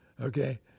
okay